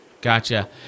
Gotcha